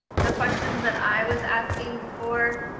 the questions that i was asking before,